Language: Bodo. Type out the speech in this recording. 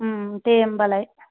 ओं दे होनबालाय